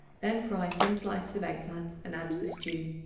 then fry thin slices of egg-plant and add to the stew.